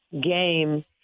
game